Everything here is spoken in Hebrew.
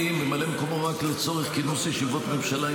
אני ממלא את מקומו רק לצורך כינוס ישיבות ממשלה,